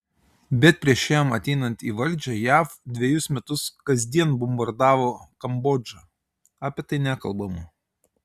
bet prieš jam ateinant į valdžią jav dvejus metus kasdien bombardavo kambodžą apie tai nekalbama